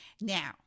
Now